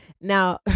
Now